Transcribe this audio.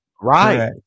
Right